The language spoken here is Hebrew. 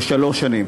לשלוש שנים.